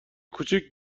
کوچیک